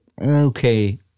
okay